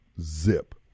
zip